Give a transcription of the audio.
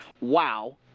wow